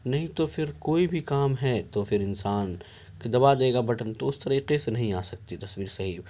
نہیں تو پھر کوئی بھی کام ہے تو پھر انسان دبا دے گا بٹن تو اس طریقے سے نہیں آ سکتی تصویر صحیح